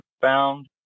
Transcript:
found